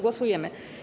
Głosujemy.